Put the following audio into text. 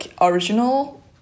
original